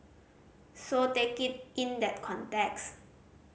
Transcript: so take it in that context